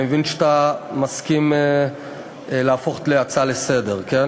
אני מבין שאתה מסכים להפוך להצעה לסדר-היום,